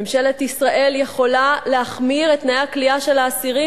ממשלת ישראל יכולה להחמיר את תנאי הכליאה של האסירים.